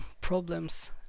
problems